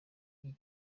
iyi